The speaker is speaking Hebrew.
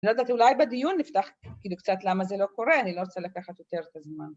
‫אני לא יודעת, אולי בדיון נפתח ‫קצת למה זה לא קורה, ‫אני לא רוצה לקחת יותר את הזמן.